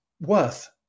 worth